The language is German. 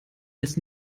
als